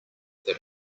that